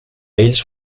ells